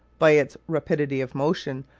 by its rapidity of motion,